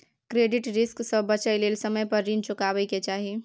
credit risk से बचइ लेल समय पर रीन चुकाबै के चाही